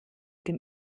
dem